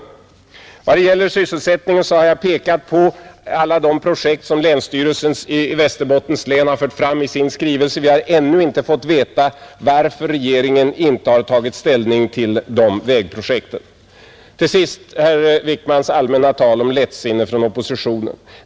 I vad gäller sysselsättningen har jag pekat på alla de projekt som länsstyrelsen i Västerbottens län har fört fram i sin skrivelse. Vi har ännu inte fått veta varför regeringen inte har tagit ställning till de vägprojekten. Till sist herr Wickmans allmänna tal om lättsinne hos oppositionen!